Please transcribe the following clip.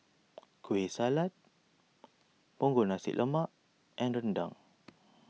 Kueh Salat Punggol Nasi Lemak and Rendang